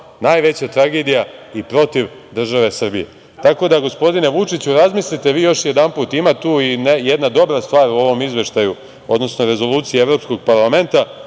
najveća tragedija i protiv države Srbije. Gospodine Vučiću, razmislite vi još jedanput. Ima tu i jedna dobra stvar u ovom izveštaju, odnosno Rezoluciji Evropskog parlamenta.